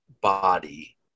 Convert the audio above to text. body